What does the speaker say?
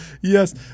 yes